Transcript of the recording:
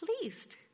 pleased